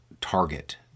target